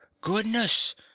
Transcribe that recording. Goodness